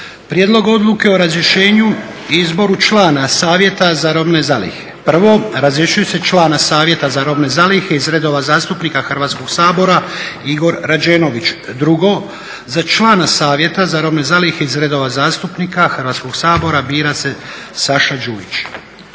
Prijedlog Odluke o razrješenju i izbora člana Savjeta za robne zalihe. 1. razrješuje se člana Savjeta za robne zalihe iz redova zastupnika Hrvatskog sabora Igor Rađenović. 2. za člana Savjeta za robne zalihe iz redova zastupnika Hrvatskog sabora bira se Saša Đujić.